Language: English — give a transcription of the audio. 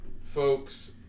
folks